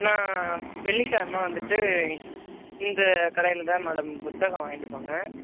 நான் வெள்ளிக்கிழம வந்துவிட்டு இந்த கடையில்தான் மேடம் புத்தகம் வாங்கிட்டு போனேன்